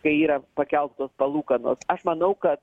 kai yra pakeltos palūkanos aš manau kad